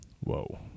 whoa